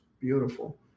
beautiful